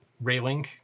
railing